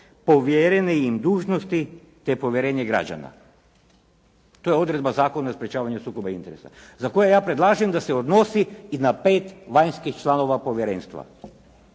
povjerene im dužnosti te povjerenje građana.“, to je odredba Zakona o sprječavanju sukoba interesa za koje ja predlažem da se odnosi i na pet vanjskih članova povjerenstva.